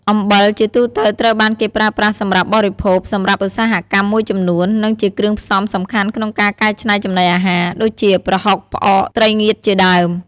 អំបិលជាទូទៅត្រូវបានគេប្រើប្រាស់សម្រាប់បរិភោគ សម្រាប់ឧស្សាហកម្មមួយចំនួន និងជាគ្រឿងផ្សំសំខាន់ក្នុងការកែច្នៃចំណីអាហារ ដូចជា ប្រហុក ផ្អក ត្រីងៀតជាដើម។